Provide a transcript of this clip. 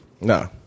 No